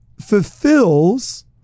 fulfills